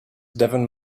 devon